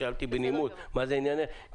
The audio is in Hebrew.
ושאלתי בנימוס מה זה עניינך.